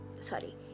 sorry